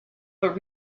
but